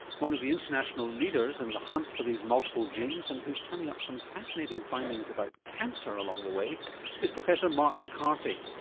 one of the international leaders in the hunt for these multiple genes and who's turning up some fascinating findings about cancer along the way is professor mark mccarthy.